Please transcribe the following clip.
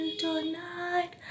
tonight